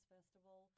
Festival